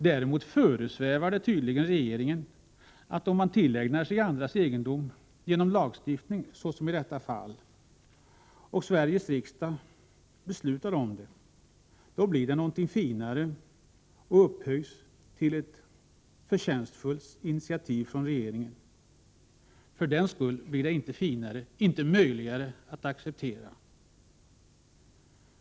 Däremot föresvävar det tydligen regeringen att om man tillägnar sig andras egendom genom lagstiftning, såsom i detta fall, och Sveriges riksdag beslutar om det, blir det något finare och upphöjs till ett förtjänstfullt initiativ från regeringen. För den skull blir det dock inte möjligare att acceptera.